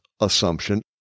assumption